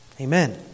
Amen